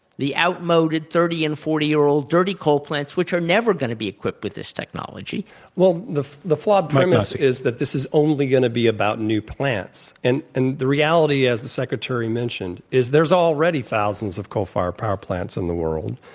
the out-moded thirty and forty year old dirty coal plants, which are never going to be equipped with this technology well, the the flawed premise is that this is only going to be about new plants and and the reality as the secretary mentioned is there's already thousands of coal-fire power plants in the world.